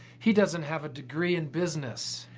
he doesn't have a degree in business.